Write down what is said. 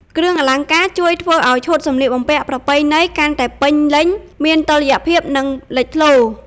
គ្រឿងអលង្ការជួយធ្វើឱ្យឈុតសម្លៀកបំពាក់ប្រពៃណីកាន់តែពេញលេញ មានតុល្យភាព និងលេចធ្លោ។